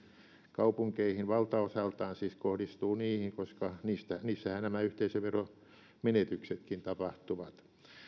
kaupunkeihin valtaosaltaan siis kohdistuu niihin koska niissähän nämä yhteisöveromenetyksetkin tapahtuvat